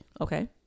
Okay